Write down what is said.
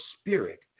spirit